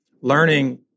learning